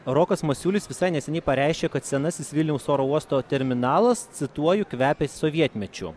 rokas masiulis visai neseniai pareiškė kad senasis vilniaus oro uosto terminalas cituoju kvepia sovietmečiu